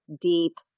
deep